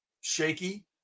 shaky